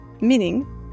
meaning